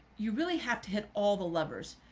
you really have to hit all the levers.